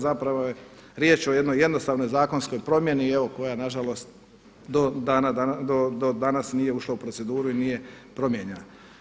Zapravo je riječ o jednoj jednostavnoj zakonskoj promjeni evo koja na žalost do danas nije ušla u proceduru i nije promijenjena.